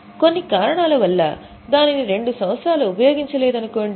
కొన్ని కారణాలవల్ల దానిని 2 సంవత్సరాలు ఉపయోగించలేదు అనుకోండి